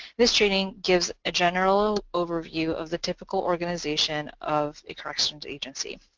this training gives a general overview of the typical organization of a corrections agency.